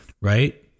right